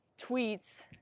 tweets